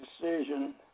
decision